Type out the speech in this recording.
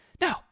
no